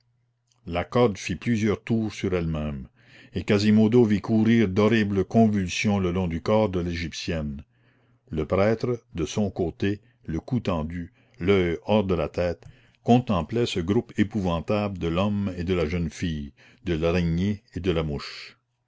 la corde fit plusieurs tours sur elle-même et quasimodo vit courir d'horribles convulsions le long du corps de l'égyptienne le prêtre de son côté le cou tendu l'oeil hors de la tête contemplait ce groupe épouvantable de l'homme et de la jeune fille de l'araignée et de la mouche